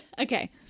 Okay